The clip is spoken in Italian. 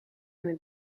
nel